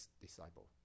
disciple